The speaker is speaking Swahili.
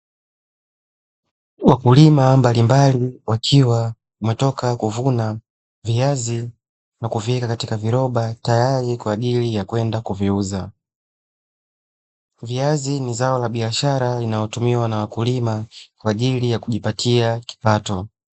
Wakulima mbalimbali wakiwa wametoka kuvuna viazi na kuviweka katika viroba tayari kwajili ya kwenda kuviuza, viazi ni zao la biashara linalotumiwa na wakulima kwajili ya kujipatia kipato.